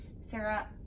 Sarah